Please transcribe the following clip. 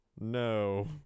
No